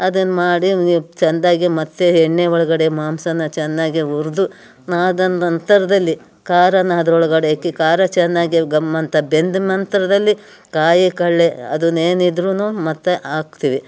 ಅದನ್ನು ಮಾಡಿ ನೀವು ಚೆಂದಗೆ ಮತ್ತೆ ಎಣ್ಣೆ ಒಳಗಡೆ ಮಾಂಸವನ್ನ ಚೆನ್ನಾಗೆ ಹುರಿದು ಅದನ್ನು ನಂತರದಲ್ಲಿ ಖಾರಾವನ್ನ ಅದ್ರೊಳಗಡೆ ಹಾಕಿ ಖಾರ ಚೆನ್ನಾಗಿ ಘಮ್ ಅಂತ ಬೆಂದ ನಂತರದಲ್ಲಿ ಕಾಯಿ ಕಡಲೆ ಅದನ್ನು ಏನಿದ್ರೂ ಮತ್ತು ಹಾಕ್ತೀವಿ